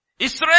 Israel